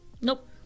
Nope